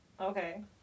Okay